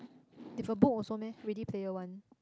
they've a book also meh Ready Player One